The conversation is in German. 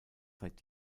seit